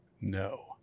No